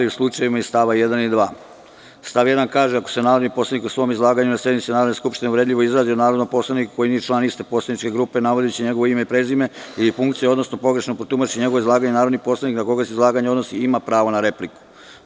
Stav 1. kaže – ako se narodni poslanik u svom izlaganju na sednici Narodne skupštine uvredljivo izrazi o narodnom poslaniku koji nije član iste poslaničke grupe, navodeći njegovo ime, prezime i funkciju, odnosno pogrešno protumači njegovo izlaganje, narodni poslanik na koga se izlaganje odnosi ima pravo na repliku.